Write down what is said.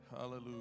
Hallelujah